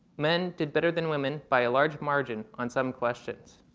men did better than women by a large margin on some questions.